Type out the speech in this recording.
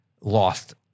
lost